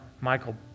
Michael